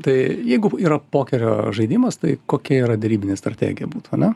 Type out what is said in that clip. tai jeigu yra pokerio žaidimas tai kokia yra derybinė strategija būtų ane